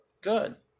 Good